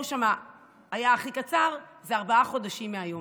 שם היה הכי קצר זה ארבעה חודשים מהיום.